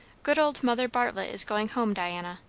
good old mother bartlett is going home, diana,